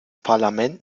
parlament